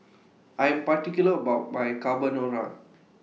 I Am particular about My Carbonara